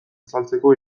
azaltzeko